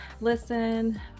listen